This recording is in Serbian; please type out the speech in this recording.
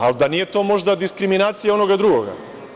Ali, da nije to, možda, diskriminacija onoga drugoga?